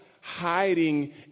hiding